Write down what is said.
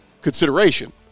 consideration